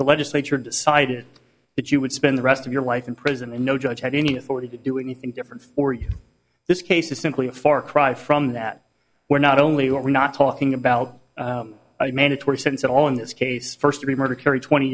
the legislature decided that you would spend the rest of your life in prison and no judge has any authority to do anything different for you this case is simply a far cry from that we're not only we're not talking about mandatory sense at all in this case first degree murder carry twenty